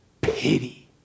pity